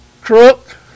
crook